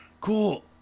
Cool